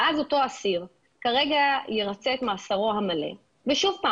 אותו אסיר ירצה את מאסרו המלא ושוב,